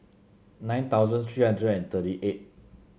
nine thousand three hundred and thirty eight